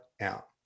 out